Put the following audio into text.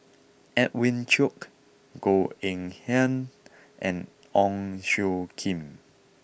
Edwin Koek Goh Eng Han and Ong Tjoe Kim